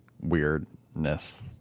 weirdness